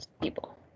people